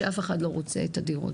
שאף אחד לא רוצה את הדירות.